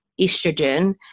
estrogen